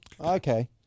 Okay